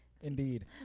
Indeed